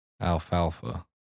Alfalfa